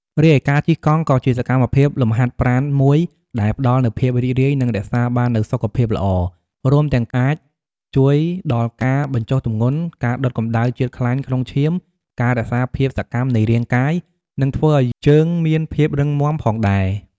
រីឯការជិះកង់ ក៏ជាសកម្មភាពលំហាត់ប្រាណមួយ ដែលផ្តល់នូវភាពរីករាយ និងរក្សាបាននូវសុខភាពល្អ រួមទាំងអាចជួយដល់ការបញ្ចុះទម្ងន់ ការដុតកម្តៅជាតិខ្លាញ់ក្នុងឈាម ការរក្សាភាពសកម្មនៃរាងកាយ និងធ្វើឱ្យជើងមានភាពរឹងមាំផងដែរ។